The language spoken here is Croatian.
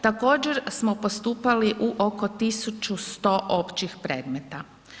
Također smo postupali u oko 1100 općih predmeta.